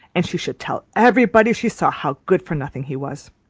and she should tell everybody she saw, how good-for-nothing he was.